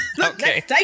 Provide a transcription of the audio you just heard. Okay